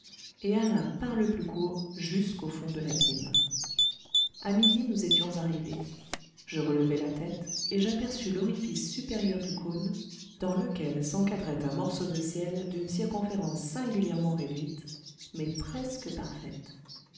et alla par le plus court jusqu'au fond de l'abîme a midi nous étions arrivés je relevai là tête et j'aperçus l'orifice supérieur du cône dans lequel s'encadrait un morceau de ciel d'une circonférence singulièrement réduite mais presque parfaite